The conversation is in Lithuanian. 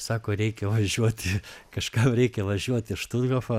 sako reikia važiuoti kažkam reikia važiuot į štuthofą